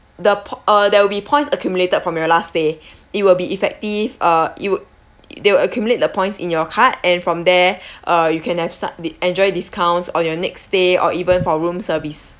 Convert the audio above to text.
the po~ uh there will be points accumulated from your last stay it will be effective uh it will they will accumulate the points in your card and from there uh you can have s~ di~ enjoy discounts on your next stay or even for room service